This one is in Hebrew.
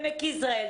עמק יזרעאל,